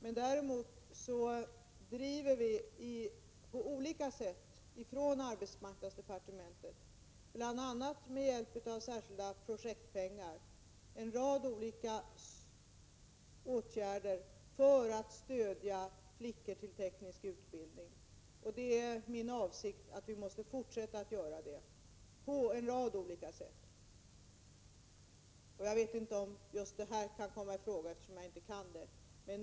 Vi bedriver emellertid inom arbetsmarknadsdepartementet på olika sätt — bl.a. med hjälp av särskilda projektpengar — en rad olika åtgärder för att stödja flickor att söka till teknisk utbildning. Det är min avsikt att vi skall fortsätta att göra det på en rad olika sätt. Jag vet inte om just det som Charlotte Branting tog upp kan komma i fråga, eftersom jag inte är insatt i förslaget.